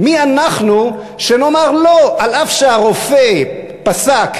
מי אנחנו שנאמר לא, אף שהרופא פסק: